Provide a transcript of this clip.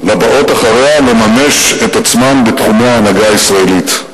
לבאות אחריה לממש את עצמן בתחומי ההנהגה הישראלית.